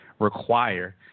require